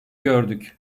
gördük